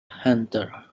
hunter